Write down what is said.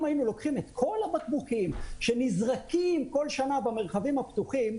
אם היינו לוקחים את כל הבקבוקים שנזרקים כל שנה במרחבים הפתוחים,